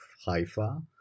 Haifa